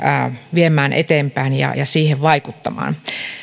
viemään eteenpäin ja siihen vaikuttamaan